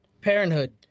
parenthood